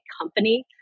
company